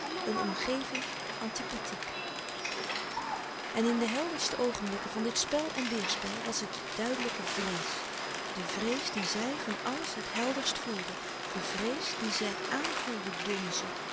een omgeving antipathiek en in de helderste oogenblikken van dit spel en weêrspel was het de duidelijke vrees de vrees die zij van alles het helderst voelde de vrees die zij